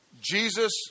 Jesus